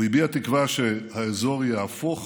הוא הביע תקווה שהאזור יהפוך